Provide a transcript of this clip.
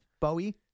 Bowie